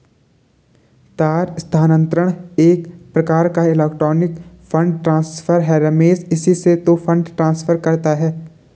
तार स्थानांतरण एक प्रकार का इलेक्ट्रोनिक फण्ड ट्रांसफर है रमेश इसी से तो फंड ट्रांसफर करता है